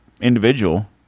individual